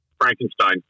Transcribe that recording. Frankenstein